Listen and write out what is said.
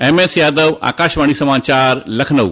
M S Yadav Akashvani समाचार लखनऊ